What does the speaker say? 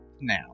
now